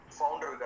founder